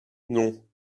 non